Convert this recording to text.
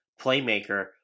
playmaker